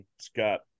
Scott